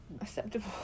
Acceptable